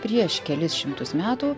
prieš kelis šimtus metų